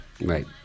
right